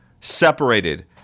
separated